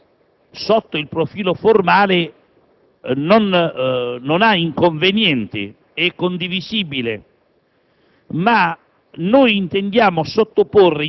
Il parere reso, sotto il profilo formale, non presenta inconvenienti, è condivisibile;